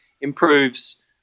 improves